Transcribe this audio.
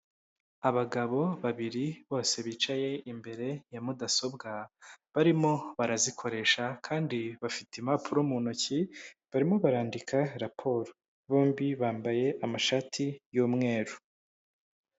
Abagabo babiri bose bicaye imbere ya mudasobwa, barimo barazikoresha kandi bafite impapuro mu ntoki barimo barandika raporo, bombi bambaye amashati y'umweru.